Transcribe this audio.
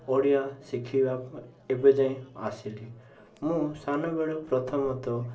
ଓଡ଼ିଆ ଶିଖିବା ଏବେଯାଏଁ ଆସିଲି ମୁଁ ସାନବେଳୁ ପ୍ରଥମତଃ